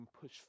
push